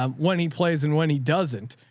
um when he plays in, when he doesn't,